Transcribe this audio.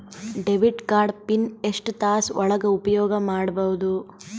Debit card pin ಎಷ್ಟ ತಾಸ ಒಳಗ ಉಪಯೋಗ ಮಾಡ್ಬಹುದು?